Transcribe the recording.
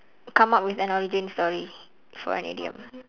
come up with an origin story for an idiom